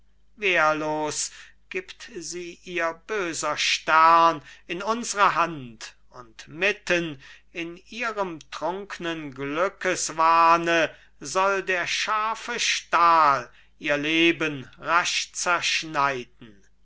wehrlos gibt sie ihr böser stern in unsre hand und mitten in ihrem trunknen glückeswahne soll der scharfe stahl ihr leben rasch zerschneiden